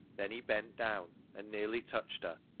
then he bent down and nearly touched her.